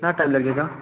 कितना टाइम लगेगा